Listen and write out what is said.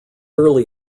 early